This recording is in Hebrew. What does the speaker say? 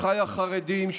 אחיי החרדים,